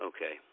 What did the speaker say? Okay